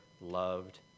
loved